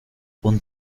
und